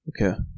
Okay